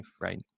right